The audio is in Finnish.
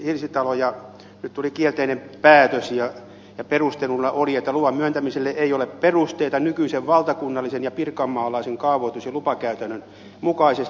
nyt tuli kielteinen päätös ja perusteluna oli että luvan myöntämiselle ei ole perusteita nykyisen valtakunnallisen ja pirkanmaalaisen kaavoitus ja lupakäytännön mukaisesti